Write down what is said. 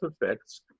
effects